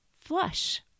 flush